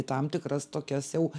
į tam tikras tokias jau